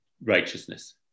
righteousness